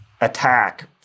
attack